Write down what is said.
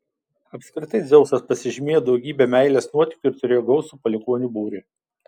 apskritai dzeusas pasižymėjo daugybe meilės nuotykių ir turėjo gausų palikuonių būrį